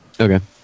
Okay